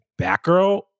Batgirl